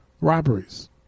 robberies